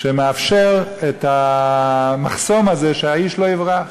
שמאפשר את המחסום הזה שהאיש לא יברח.